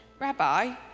Rabbi